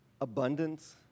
abundance